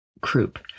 croup